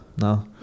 No